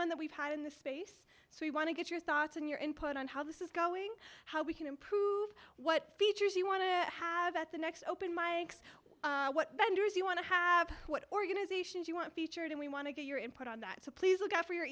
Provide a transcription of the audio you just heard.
one that we've had in the space so we want to get your thoughts and your input on how this is going how we can improve what features you want to have at the next open mikes what vendors you want to have what organizations you want featured and we want to get your input on that so please look after your